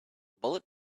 bullet